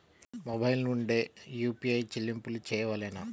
Mobile నుండే UPI చెల్లింపులు చేయవలెనా?